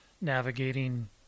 navigating